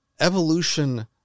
evolution